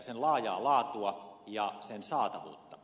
sen laajaa laatua ja sen saatavuutta